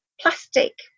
plastic